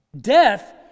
Death